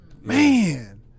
Man